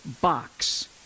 box